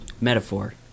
Metaphor